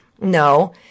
no